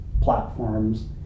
platforms